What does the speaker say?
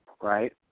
right